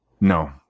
No